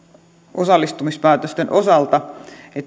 osallistumispäätösten osalta